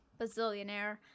Bazillionaire